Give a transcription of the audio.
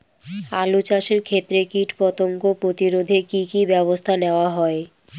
আলু চাষের ক্ষত্রে কীটপতঙ্গ প্রতিরোধে কি কী ব্যবস্থা নেওয়া হয়?